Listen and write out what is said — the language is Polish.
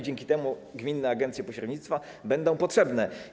Dzięki temu gminne agencje pośrednictwa będą potrzebne.